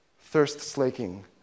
thirst-slaking